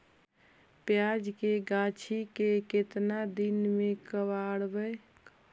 प्याज के गाछि के केतना दिन में कबाड़बै?